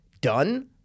done